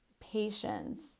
patience